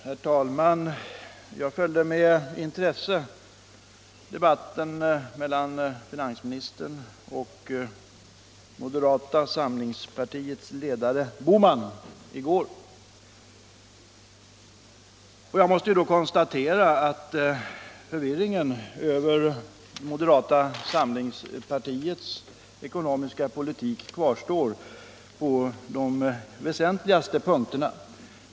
Herr talman! Jag följde med intresse debatten mellan finansministern och moderata samlingspartiets ledare herr Bohman i går, och jag måste konstatera att förvirringen över moderata samlingspartiets ekonomiska politik kvarstår på de väsentligaste punkterna.